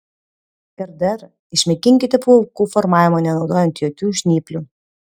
ir dar išmėginkite plaukų formavimą nenaudojant jokių žnyplių